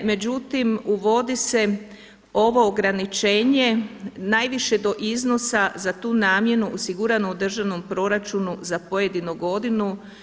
Međutim, uvodi se ovo ograničenje najviše do iznosa za tu namjenu osiguranu u državnom proračunu za pojedinu godinu.